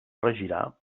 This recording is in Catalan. regirà